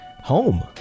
home